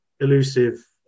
elusive